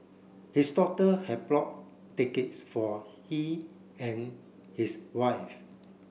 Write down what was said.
his daughter had brought tickets for he and his wife